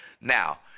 Now